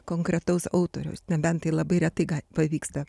konkretaus autoriaus nebent tai labai retai pavyksta